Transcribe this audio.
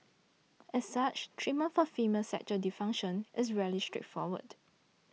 as such treatment for female sexual dysfunction is rarely straightforward